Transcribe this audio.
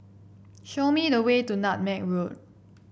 show me the way to Nutmeg Road